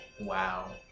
wow